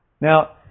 Now